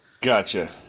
gotcha